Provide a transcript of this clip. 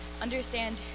understand